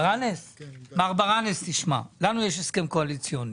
מר ברנס, לנו יש הסכם קואליציוני.